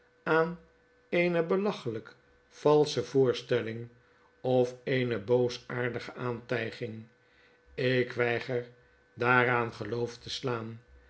aan eene belachelyk valsche voorstelling of eene boosaardige aantyging ik weiger daaraan geloof te slaan